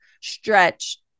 stretch